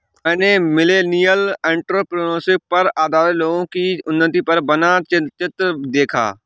मैंने millennial entrepreneurship पर आधारित लोगो की उन्नति पर बना चलचित्र देखा